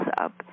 up